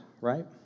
right